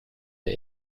der